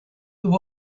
there